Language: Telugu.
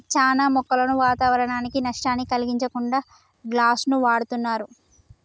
చానా మొక్కలను వాతావరనానికి నష్టాన్ని కలిగించకుండా గ్లాస్ను వాడుతున్నరు